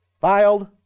filed